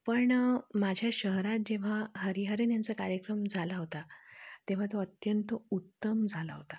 पण माझ्या शहरात जेव्हा हरिहरन यांचा कार्यक्रम झाला होता तेव्हा तो अत्यंत उत्तम झाला होता